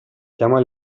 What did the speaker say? chiama